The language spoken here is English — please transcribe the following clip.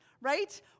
right